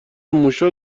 موشا